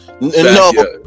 No